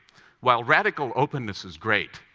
while radical openness is great,